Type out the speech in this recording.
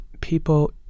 people